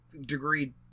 degree